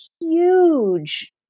huge